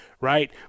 right